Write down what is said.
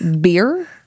beer